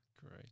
great